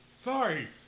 Sorry